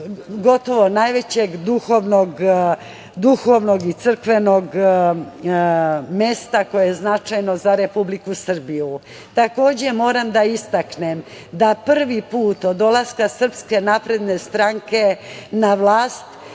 gotovo najvećeg duhovnog i crkvenog mesta koje je značajno za Republiku Srbiju. Takođe, moram da istaknem da prvi put od dolaska Srpske napredne stranke na vlast